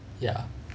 ya